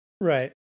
Right